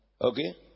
Okay